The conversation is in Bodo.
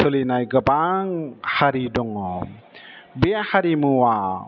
सोलिनाय गोबां हारि दङ बे हारिमुवा